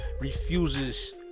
Refuses